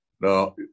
Now